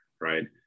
right